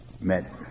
met